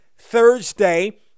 Thursday